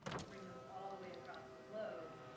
and bring them all the way across the globe,